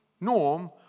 Norm